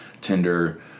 Tinder